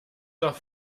doch